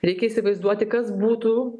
reikia įsivaizduoti kas būtų